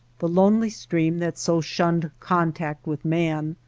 the lonely stream that so shunned contact with man,